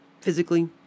physically